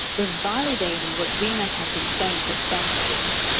we're validating what women have been saying for centuries,